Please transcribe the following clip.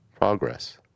Progress